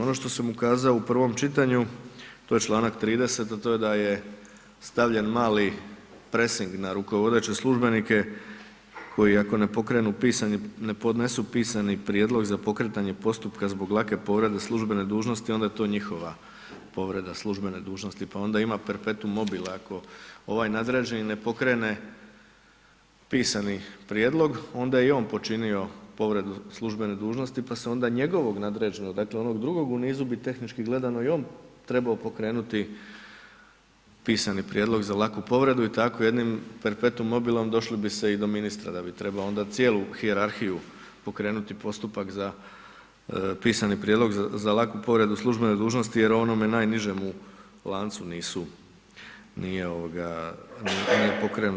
Ono što sam ukazao u prvom čitanju, to je članak 30., a to je da je stavljen mali presing na rukovodeće službenike koji ako ne pokrenu pisani, ne podnesu pisani prijedlog za pokretanje postupka zbog lake povrede službene dužnosti, onda je to njihova povreda službene dužnosti, pa onda ima perpetum mobile ako ovaj nadređeni ne pokrene pisani prijedlog onda je i on počinio povredu službene dužnosti pa se onda njegovog nadređenog, dakle onog drugog u nizu bi tehnički gledano i on trebao pokrenuti pisani prijedlog za laku povredu i tako jednim perpetum mobilom došlo bi se i do ministra da bi trebao onda cijelu hijerarhiju pokrenuti postupak za pisani prijedlog za laku povredu službene dužnosti jer onomu najnižemu u lancu nisu, nije pokrenuta.